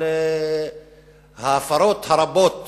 ההפרות הרבות